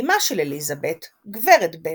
אמה של אליזבת, גב' בנט,